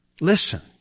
listen